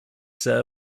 sir